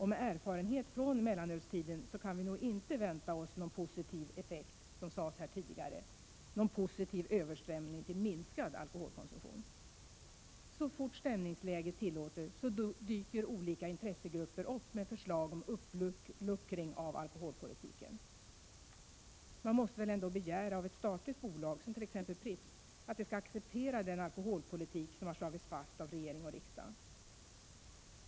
Med erfarenheten från mellanölstiden kan vi nog inte vänta oss någon positiv överströmningseffekt till minskad alkoholkonsumtion, vilket nämndes här tidigare. Så fort stämningsläget tillåter dyker olika intressegrupper upp med förslag om uppluckring av alkoholpolitiken. Men man måste väl ändå begära av ett statligt bolag som Pripps att det skall acceptera den alkoholpolitik som har slagits fast av regering och riksdag.